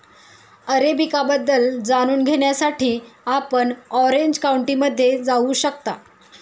arabica बद्दल जाणून घेण्यासाठी आपण ऑरेंज काउंटीमध्ये जाऊ शकता